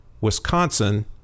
Wisconsin